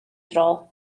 dro